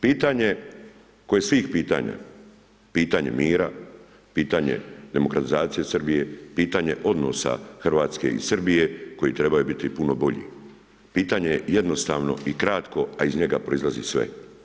Pitanje koje je svih pitanja, pitanje mira, pitanje demokratizacije Srbije, pitanje odnosa Hrvatske u Srbije koji trebaju biti puno bolje, pitanje jednostavno i kratko, a iz njega proizlazi sve.